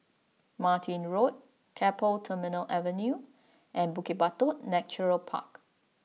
Martin Road Keppel Terminal Avenue and Bukit Batok Natural Park